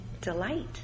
delight